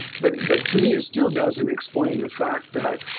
but but to me it still doesn't explain the fact that,